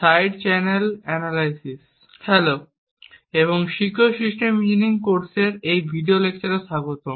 hello এবং secure system engineering কোর্সের এই ভিডিও লেকচারে স্বাগতম